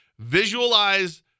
Visualize